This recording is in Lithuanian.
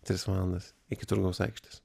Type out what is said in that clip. tris valandas iki turgaus aikštės